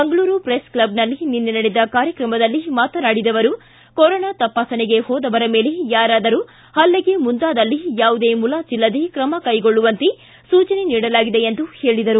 ಮಂಗಳೂರು ಪ್ರೆಸ್ಕ್ಷಬ್ನಲ್ಲಿ ನಿನ್ನೆ ನಡೆದ ಕಾರ್ಯಕ್ರಮದಲ್ಲಿ ಮಾತನಾಡಿದ ಅವರು ಕೊರೋನಾ ತಪಾಸಣೆಗೆ ಹೋದವರ ಮೇಲೆ ಯಾರಾದರೂ ಪಲ್ಲೆಗೆ ಮುಂದಾದಲ್ಲಿ ಯಾವುದೇ ಮುಲಾಜಿಲ್ಲದೆ ತ್ರಮ ಕ್ಸೆಗೊಳ್ಳುವಂತೆ ಸೂಚನೆ ನೀಡಲಾಗಿದೆ ಎಂದು ಹೇಳಿದರು